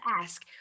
ask